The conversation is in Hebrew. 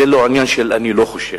זה לא עניין של "אני לא חושב":